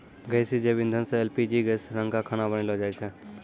गैसीय जैव इंधन सँ एल.पी.जी गैस रंका खाना बनैलो जाय छै?